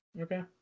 Okay